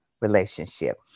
relationship